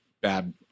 bad